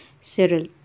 Cyril